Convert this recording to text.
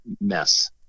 mess